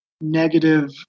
negative